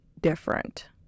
different